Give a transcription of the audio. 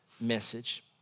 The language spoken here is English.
message